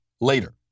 later